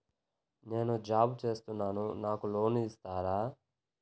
నేను జాబ్ చేస్తున్నాను నాకు లోన్ ఇస్తారా?